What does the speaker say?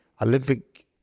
Olympic